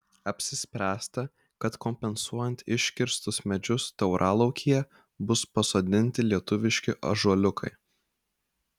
apsispręsta kad kompensuojant iškirstus medžius tauralaukyje bus pasodinti lietuviški ąžuoliukai